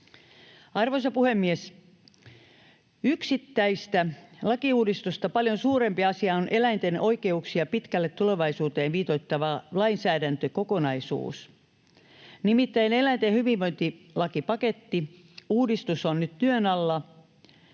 Arvoisa puhemies! Yksittäistä lakiuudistusta paljon suurempi asia on eläinten oikeuksia pitkälle tulevaisuuteen viitoittava lainsäädäntökokonaisuus. Nimittäin eläinten hyvinvointilakipakettiuudistus on nyt työn alla,